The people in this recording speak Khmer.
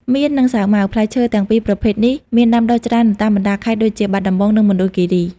មៀន និងសាវម៉ាវ ផ្លែឈើទាំងពីរប្រភេទនេះមានដាំដុះច្រើននៅតាមបណ្តាខេត្តដូចជា បាត់ដំបង និងមណ្ឌលគិរី។